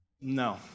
No